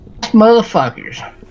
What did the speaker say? Motherfuckers